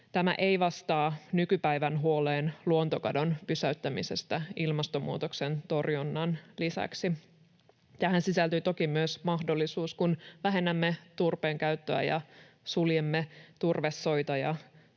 Tämä ei vastaa nykypäivän huoleen luontokadon pysäyttämisestä ilmastonmuutoksen torjunnan lisäksi. Tähän sisältyy toki myös mahdollisuus: kun vähennämme turpeen käyttöä ja suljemme turvesoita